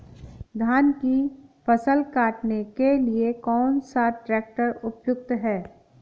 धान की फसल काटने के लिए कौन सा ट्रैक्टर उपयुक्त है?